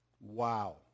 Wow